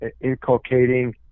inculcating